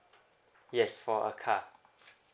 yes for a car